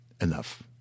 Enough